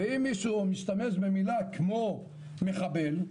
ואם מישהו משתמש במילה כמו "מחבל"